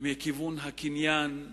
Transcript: מכיוון הקניין,